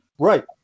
Right